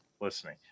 listening